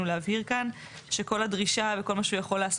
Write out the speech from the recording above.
להבהיר כאן שכל הדרישה וכל מה שהוא יכול לעשות,